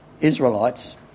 Israelites